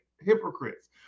hypocrites